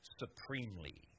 supremely